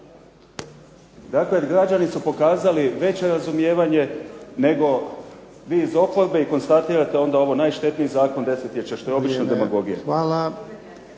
Dakle građani su pokazali veće razumijevanje nego vi iz oporbe i konstatirate onda ovo najštetniji zakon desetljeća što je obična demagogija.